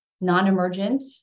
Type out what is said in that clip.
non-emergent